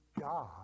God